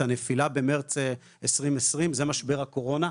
את הנפילה במרץ 2020 זה משבר הקורונה,